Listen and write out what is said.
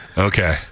Okay